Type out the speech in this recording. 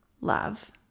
love